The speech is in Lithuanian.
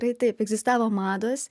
tai taip egzistavo mados